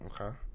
Okay